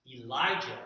elijah